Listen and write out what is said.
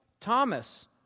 Thomas